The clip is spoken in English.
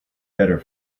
better